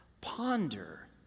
Ponder